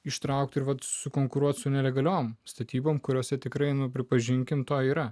ištraukti ir vat su konkuruoti su nelegalioms statyboms kuriose tikrai nuo pripažinkime to yra